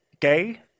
gay